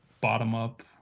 bottom-up